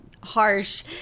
harsh